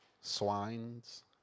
Swines